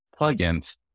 plugins